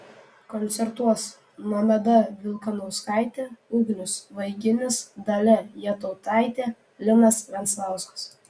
koncertuos nomeda vilkanauskaitė ugnius vaiginis dalia jatautaitė linas venclauskas